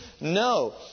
No